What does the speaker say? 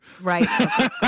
Right